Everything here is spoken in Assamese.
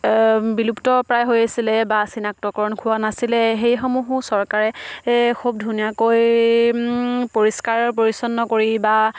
বিলুপ্ত প্ৰায় হৈ আছিলে বা চিনাক্তকৰণ হোৱা নাছিলে সেইসমূহো চৰকাৰে খুব ধুনীয়াকৈ পৰিষ্কাৰ পৰিচ্ছন্ন কৰি বা